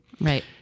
Right